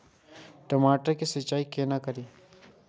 टमाटर की सीचाई केना करी?